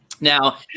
Now